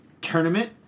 tournament